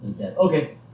Okay